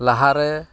ᱞᱟᱦᱟᱨᱮ